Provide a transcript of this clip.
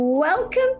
Welcome